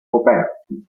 coperti